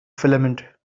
filament